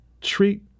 treat